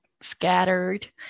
scattered